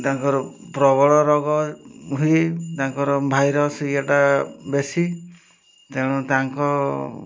ତାଙ୍କର ପ୍ରବଳ ରୋଗ ହୁଏ ତାଙ୍କର ଭାଇରସ୍ ଇଏଟା ବେଶୀ ତେଣୁ ତାଙ୍କ